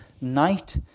night